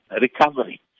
recovery